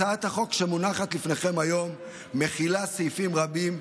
הצעת החוק שמונחת לפניכם היום מכילה סעיפים רבים,